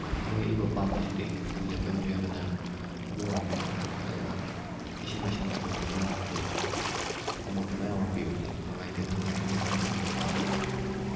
ꯑꯩꯅ ꯍꯦꯟꯅ ꯏꯕ ꯄꯥꯝꯃꯤꯁꯤꯗꯤ ꯍꯧꯖꯤꯛ ꯑꯩꯈꯣꯏ ꯃꯤꯑꯣꯏꯕꯅ ꯎꯃꯪ ꯋꯥꯃꯪ ꯌꯥꯝ ꯀꯣꯛꯊꯣꯛꯂꯒ ꯏꯁꯤꯡ ꯃꯥꯏꯁꯤꯡꯗ ꯑꯃꯣꯠꯄ ꯃꯌꯥꯝ ꯑꯗꯩ ꯑꯃꯣꯠꯄ ꯃꯌꯥꯝ ꯑꯃ ꯄꯤꯕꯁꯤ ꯅꯨꯡꯉꯥꯏꯇꯦ ꯑꯗꯨꯅ ꯑꯗꯨꯒꯤ ꯃꯔꯝꯗ ꯏꯕ ꯄꯥꯝꯃꯤ